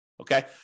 Okay